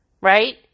Right